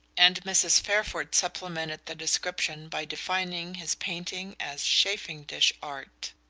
and mrs. fairford supplemented the description by defining his painting as chafing-dish art.